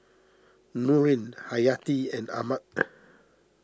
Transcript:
Nurin Hayati and Ahmad